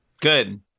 Good